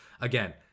again